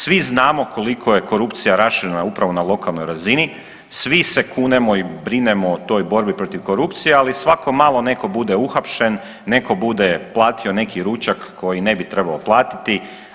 Svi znamo koliko je korupcija raširena upravo na lokalnoj razini, sve se kunemo i brinemo o toj borbi protiv korupcije, ali svako malo neko bude uhapšen, neko bude platio neki ručak koji ne bi trebao platiti.